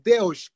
Deus